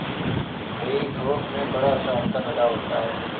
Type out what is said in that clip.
हेई फोक में बड़ा सा हत्था लगा होता है